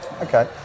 Okay